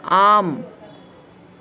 ஆம்